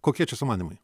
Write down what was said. kokie čia sumanymai